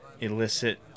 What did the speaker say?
illicit